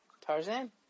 Tarzan